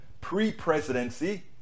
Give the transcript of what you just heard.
pre-presidency